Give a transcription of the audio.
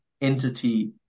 entity